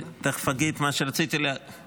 תכף אני אגיד את מה שיש לי להגיד,